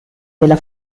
della